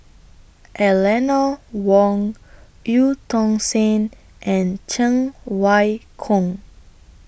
Eleanor Wong EU Tong Sen and Cheng Wai Keung